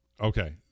Okay